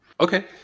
Okay